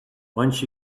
once